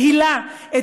את תהילה,